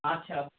আচ্ছা